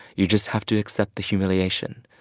you just have to accept the humiliation.